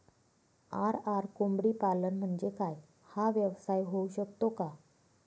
RR कोंबडीपालन म्हणजे काय? हा व्यवसाय होऊ शकतो का?